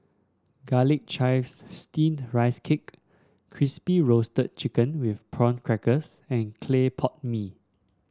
Garlic Chives Steamed Rice Cake Crispy Roasted Chicken with Prawn Crackers and Clay Pot Mee